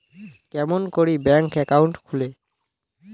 কেমন করি bank account খুলে?